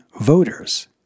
voters—